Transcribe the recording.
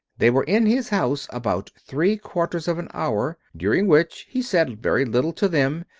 they were in his house about three quarters of an hour, during which he said very little to them,